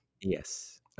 yes